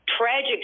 tragic